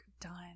done